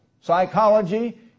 Psychology